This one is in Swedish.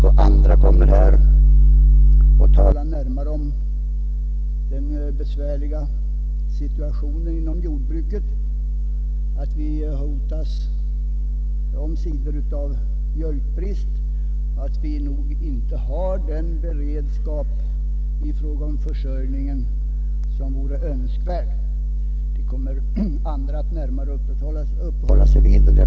Andra talare kommer här att närmare belysa den besvärliga situationen inom jordbruket — att vi omsider hotas av mjölkbrist, att vi troligtvis inte har den beredskap i fråga om försörjningen som vore önskvärd osv.